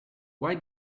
why